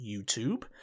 YouTube